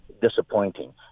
disappointing